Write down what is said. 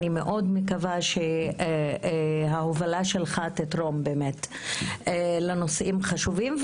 אני מאוד מקווה שההובלה שלך תתרום לנושאים חשובים.